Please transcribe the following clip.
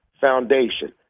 foundation